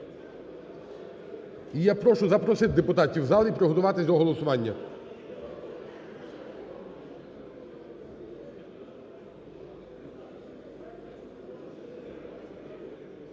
І я прошу запросити в депутатів в зал і приготуватися до голосування.